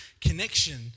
connection